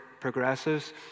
progressives